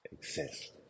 exist